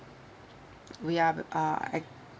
we are uh at